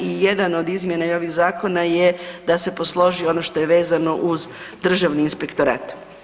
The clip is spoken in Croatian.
I jedan od izmjene i ovih zakona je da se posloži ono što je vezano uz Državni inspektorat.